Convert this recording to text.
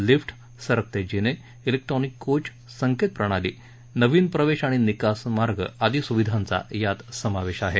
lift सरकते जीने electronic coach संकेत प्रणाली नवीन प्रवेश आणि निकास मार्ग आदी स्विधांचा समावेश यात आहे